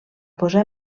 posar